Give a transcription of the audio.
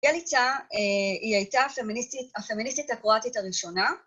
‫היא הייתה הפמיניסטית ‫הקרואתית הראשונה.